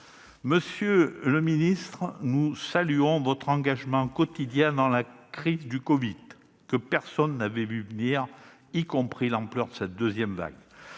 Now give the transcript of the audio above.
Monsieur le ministre, nous saluons votre engagement quotidien dans la crise du covid, que personne n'avait vu venir, tout comme l'ampleur de cette deuxième vague.